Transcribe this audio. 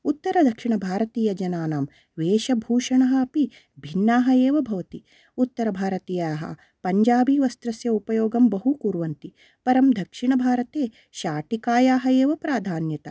उत्तरदक्षिण भारतीयानां वेशभूषणः अपि भिन्नाः एव भवति उत्तरभारतीयाः पञ्जाबी वस्त्रस्य उपयोगं बहु कुर्वन्ति परं दक्षिणभारते शाटिकायाः एव प्राधान्यता